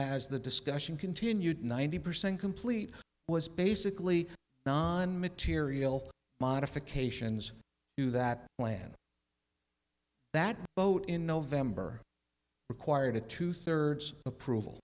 as the discussion continued ninety percent complete was basically non material modifications to that plan that vote in november required two thirds approval